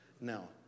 Now